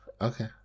Okay